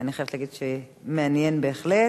אני חייבת להגיד, מעניין בהחלט.